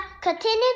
continue